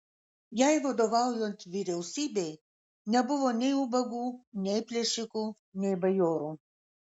jai vadovaujant vyriausybei nebuvo nei ubagų nei plėšikų nei bajorų